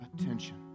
attention